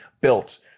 built